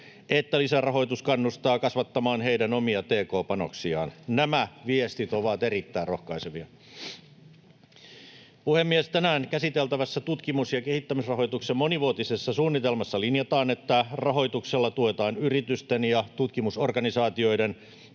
että lisärahoitus kannustaa kasvattamaan heidän omia tk-panoksiaan. Nämä viestit ovat erittäin rohkaisevia. Puhemies! Tänään käsiteltävässä tutkimus- ja kehittämisrahoituksen monivuotisessa suunnitelmassa linjataan, että rahoituksella tuetaan yritysten ja tutkimusorganisaatioiden